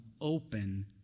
open